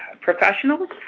professionals